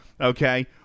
okay